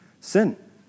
Sin